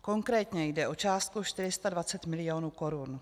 Konkrétně jde o částku 420 milionů korun.